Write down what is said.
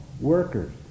workers